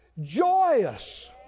joyous